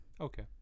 Okay